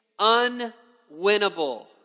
Unwinnable